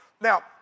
Now